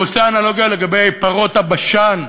והוא עושה אנלוגיה לגבי פרות הבשן,